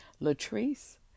Latrice